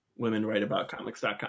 WomenWriteAboutComics.com